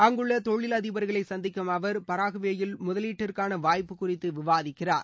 அங்குள்ள தொழிலதிபர்களை சந்திக்கும் அவர் பராகுவேயில் முதவீட்டிற்கான வாய்ப்பு குறித்து விவாதிக்கிறார்